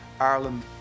Ireland